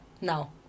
now